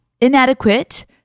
inadequate